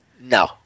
No